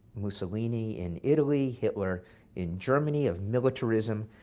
mussolini in italy, hitler in germany, of militarism,